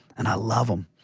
and i love him.